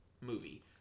movie